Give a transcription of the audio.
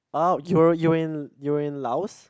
oh you're you're in you're in Laos